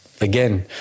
again